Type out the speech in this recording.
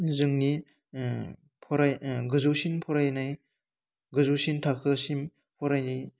जोंनि फराय गोजौसिन फरायनाय गोजौसिन थाखोसिम फरायनाय